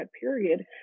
period